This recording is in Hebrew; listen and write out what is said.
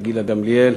גילה גמליאל,